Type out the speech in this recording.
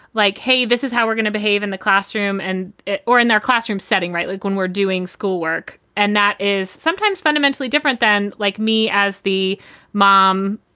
like, hey, this is how we're going to behave in the classroom and or in their classroom setting. right. like when we're doing schoolwork. and that is sometimes fundamentally different than like me as the mom.